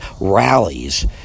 Rallies